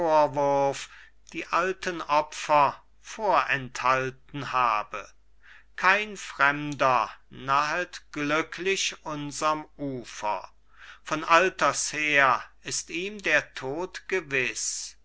die alten opfer vorenthalten habe kein fremder nahet glücklich unserm ufer von alters her ist ihm der tod gewiß